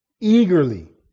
eagerly